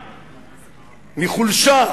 מחולשה,